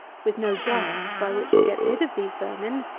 with no dust by which to get rid of these vermin,